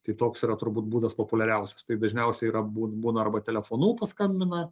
tai toks yra turbūt būdas populiariausias tai dažniausiai yra būn būna arba telefonu paskambina